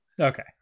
Okay